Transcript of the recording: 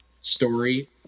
story